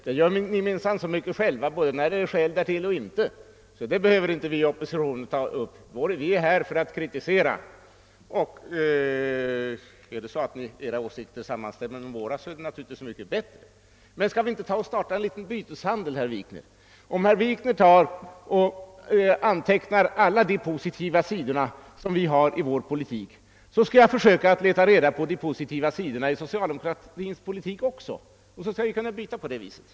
Det gör ni minsann så ofta själva, både när det finns skäl för det och när det inte finns några skäl. Den saken behöver alltså vi i oppositionen inte sköta; vi är här för att kritisera. Är det så att era åsikter överensstämmer med våra, så är det naturligtvis så mycket bättre. Skall vi göra en liten byteshandel, herr Wikner? Om herr Wikner antecknar alla de positiva sidor som finns i vår politik, skall jag försöka leta reda på de positiva sidorna i den socialdemokratiska politiken.